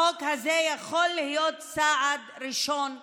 החוק הזה יכול להיות צעד ראשון חשוב.